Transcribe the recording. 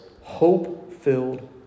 hope-filled